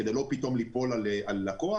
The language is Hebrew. כדי לא פתאום ליפול על לוקח,